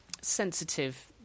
sensitive